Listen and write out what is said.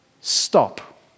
Stop